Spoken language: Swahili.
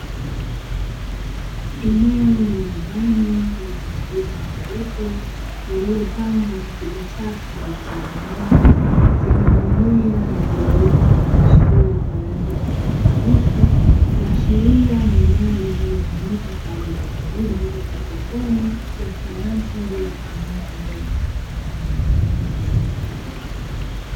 Eneo la ndani, lenye mabomba meupe yaliyopangwa katika safu zilizonyooka, zenye mimea iliyoota na kuchipua kwa rangi ya kijani kibichi, kuashiria ni eneo linalotumika kwa ajili ya kilimo cha haidroponi ya sayansi, bila kutumia udongo.